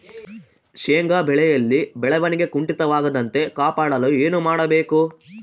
ಶೇಂಗಾ ಬೆಳೆಯಲ್ಲಿ ಬೆಳವಣಿಗೆ ಕುಂಠಿತವಾಗದಂತೆ ಕಾಪಾಡಲು ಏನು ಮಾಡಬೇಕು?